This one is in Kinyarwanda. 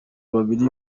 babiri